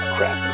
Crap